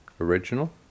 original